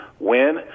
win